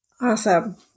Awesome